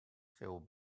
feel